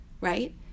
right